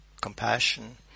compassion